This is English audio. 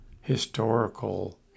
historical